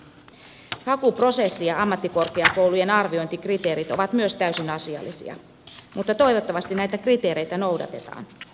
hakuprosessi ja ammattikorkeakoulujen arviointikriteerit ovat myös täysin asiallisia mutta toivottavasti näitä kriteereitä noudatetaan